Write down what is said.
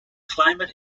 climate